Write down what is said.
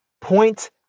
point